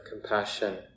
compassion